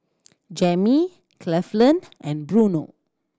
Jami Cleveland and Bruno